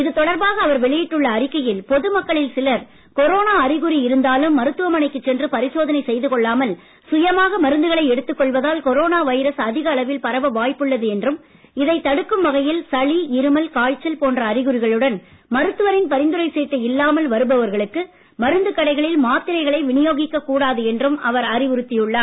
இதுதொடர்பாக அவர் வெளியிட்டுள்ள அறிக்கையில் பொதுமக்களில் சிலர் கொரோனா அறிகுறி இருந்தாலும் மருத்துவமனைக்கு சென்று பரிசோதனை செய்துக் கொள்ளாமல் சுயமாக மருத்துகளை எடுத்துக் கொள்வதால் கொரோனா வைரஸ் அதிக அளவில் பரவ வாய்ப்புள்ளது என்றும் இதைத் தடுக்கும் வகையில் சளி இருமல் காய்ச்சல் போன்ற அறிகுறிகளுடன் மருத்துவரின் பரிந்துரை வருபவர்களுக்கு மருந்துக் கடைகளில் மாத்திரைகளை வினியோகிக்கக் கூடாது என்றும் அவர் அறிவுறுத்தியுள்ளார்